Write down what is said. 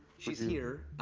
she's here,